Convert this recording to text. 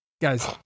Guys